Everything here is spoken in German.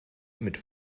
mit